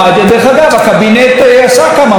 הקבינט עשה כמה מהלכים.